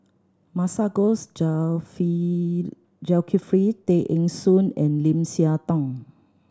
Masagos Zulkifli Tay Eng Soon and Lim Siah Tong